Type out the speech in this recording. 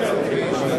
לא הספיק.